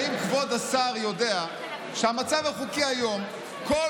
האם כבוד השר יודע שהמצב החוקי היום הוא שכל